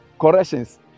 corrections